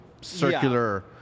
circular